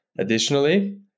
Additionally